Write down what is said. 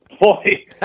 boy